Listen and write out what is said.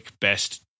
best